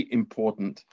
important